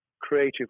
creative